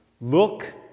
Look